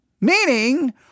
Meaning